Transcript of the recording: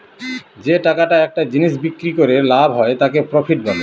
যে টাকাটা একটা জিনিস বিক্রি করে লাভ হয় তাকে প্রফিট বলে